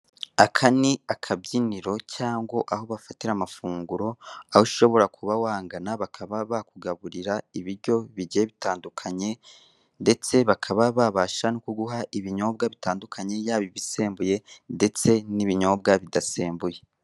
Aka ni akabyiniro cyangwa aho bafatira amafunguro, aho ushobora kuba wagana bakaba bakugaburira ibiryo bigiye bitandukanye ndetse bakaba babasha no kuguha ibinyobwa bitandukanye yaba ibisembuye ndetse n'ibinyobwa bidasembuye.